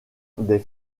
des